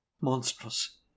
Monstrous